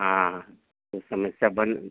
हाँ तो समस्या बन